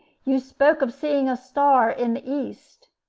you spoke of seeing a star in the east.